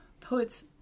Poets